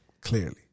Clearly